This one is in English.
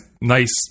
nice